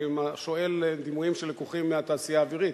אני שואל דימויים שלקוחים מהתעשייה האווירית,